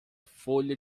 folha